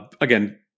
Again